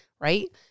right